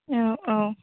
औ औ